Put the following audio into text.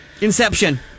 inception